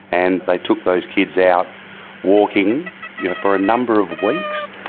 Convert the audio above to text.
and they took those kids out walking for a number of weeks.